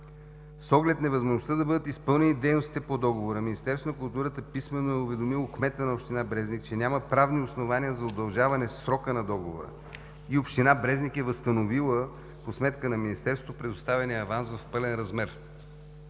С оглед невъзможността да бъдат изпълнени дейностите по договора, Министерството на културата писмено е уведомило кмета на община Брезник, че няма правно основание за удължаване срока на договора и община Брезник е възстановила по сметката на Министерството предоставения аванс в пълен размер.